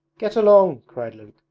get along cried luke,